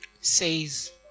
says